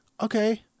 Okay